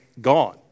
gone